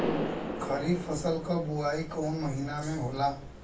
खरीफ फसल क बुवाई कौन महीना में होला?